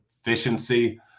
efficiency